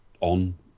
on